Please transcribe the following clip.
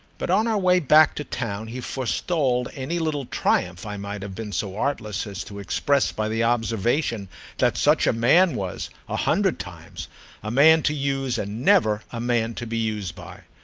but on our way back to town he forestalled any little triumph i might have been so artless as to express by the observation that such a man was a hundred times a man to use and never a man to be used by.